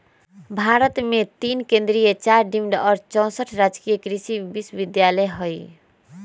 भारत मे तीन केन्द्रीय चार डिम्ड आ चौसठ राजकीय कृषि विश्वविद्यालय हई